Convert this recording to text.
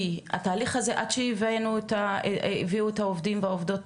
כי התהליך הזה עד שהביאו את העובדים והעובדות